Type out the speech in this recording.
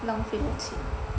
浪费我的钱